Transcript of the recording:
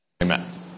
Amen